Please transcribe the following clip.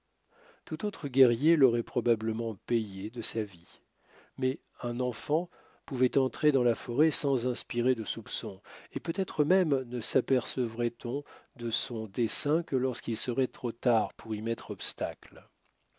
tout autre guerrier l'aurait probablement payée de sa vie mais un enfant pouvait entrer dans la forêt sans inspirer de soupçons et peut-être même ne sapercevrait on de son dessein que lorsqu'il serait trop tard pour y mettre obstacle